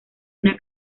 una